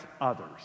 others